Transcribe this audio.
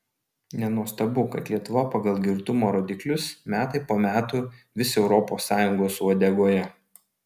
nenuostabu kad lietuva pagal girtumo rodiklius metai po metų vis europos sąjungos uodegoje